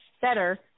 better